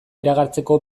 iragartzeko